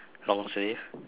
long sleeve